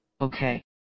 okay